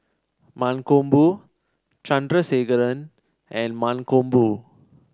Mankombu Chandrasekaran and Mankombu